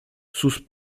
sus